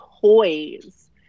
toys